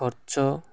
ଖର୍ଚ୍ଚ